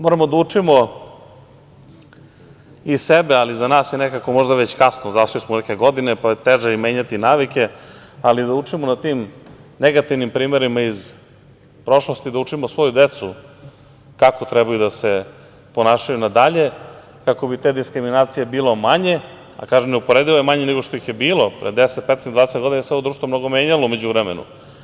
Moramo da učimo i sebe, ali za nas je nekako možda već kasno, zašli smo u neke godine, pa je teže menjati navike, ali da učimo na tim negativnim primerima iz prošlosti, da učimo svoju decu kako trebaju da se ponašaju nadalje kako bi te diskriminacije bilo manje, a kažem neuporedivo je manje nego što ih je bilo pre 10, 15, 20 godina, jer se ovo društvo mnogo menjalo u međuvremenu.